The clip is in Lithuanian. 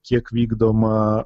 kiek vykdoma